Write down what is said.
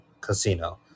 casino